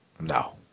no